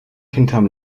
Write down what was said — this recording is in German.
hinterm